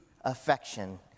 affection